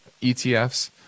ETFs